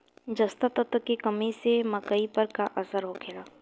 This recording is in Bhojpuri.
जस्ता तत्व के कमी से मकई पर का असर होखेला?